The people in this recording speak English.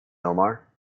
omar